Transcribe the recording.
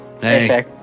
Hey